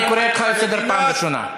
אני קורא אותך לסדר פעם ראשונה.